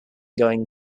going